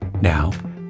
Now